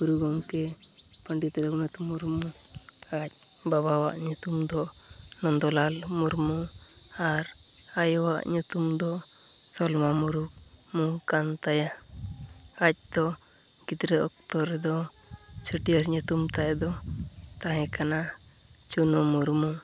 ᱜᱩᱨᱩ ᱜᱚᱢᱠᱮ ᱯᱚᱸᱰᱮᱛ ᱨᱟᱹᱜᱷᱩᱱᱟᱛᱷ ᱢᱩᱨᱢᱩ ᱟᱡ ᱵᱟᱵᱟᱣᱟᱜ ᱧᱩᱛᱩᱢ ᱫᱚ ᱱᱚᱱᱫᱚᱞᱟᱞ ᱢᱩᱨᱢᱩ ᱟᱨ ᱟᱭᱳᱣᱟᱜ ᱧᱩᱛᱩᱢᱫᱚ ᱥᱚᱞᱢᱟ ᱢᱩᱨᱢᱩ ᱠᱟᱱᱛᱟᱭᱟ ᱟᱡ ᱫᱚ ᱜᱤᱫᱽᱨᱟᱹ ᱚᱠᱛᱚ ᱨᱮᱫᱚ ᱪᱷᱟᱹᱴᱭᱟᱹᱨ ᱧᱩᱛᱩᱢᱛᱟᱭᱫᱚ ᱛᱟᱦᱮᱸ ᱠᱟᱱᱟ ᱪᱩᱱᱩ ᱢᱩᱨᱢᱩ